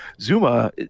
Zuma